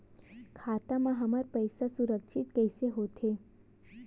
खाता मा हमर पईसा सुरक्षित कइसे हो थे?